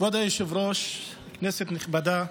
כבוד היושב-ראש, כנסת נכבדה,